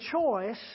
choice